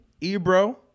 Ebro